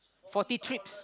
forty trips